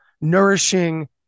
nourishing